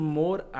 more